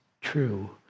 true